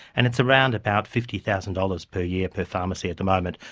and it's around about fifty thousand dollars per year per pharmacy at the moment.